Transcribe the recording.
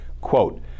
Quote